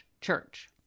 church